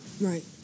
right